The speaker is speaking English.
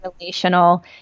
relational